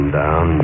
down